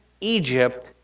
Egypt